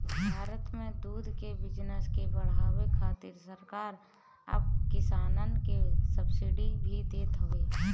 भारत में दूध के बिजनेस के बढ़ावे खातिर सरकार अब किसानन के सब्सिडी भी देत हवे